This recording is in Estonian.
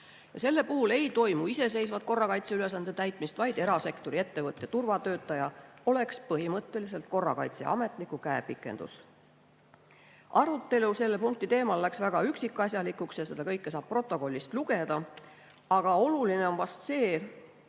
selle puhul ei toimu iseseisvat korrakaitseülesande täitmist, vaid erasektori ettevõtte turvatöötaja oleks põhimõtteliselt korrakaitseametniku käepikendus. Arutelu selle punkti teemal läks väga üksikasjalikuks ja seda kõike saab protokollist lugeda. Aga oluline on vast see